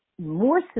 More